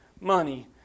money